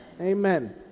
Amen